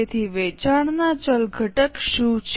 તેથી વેચાણના ચલ ઘટક શું છે